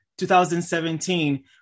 2017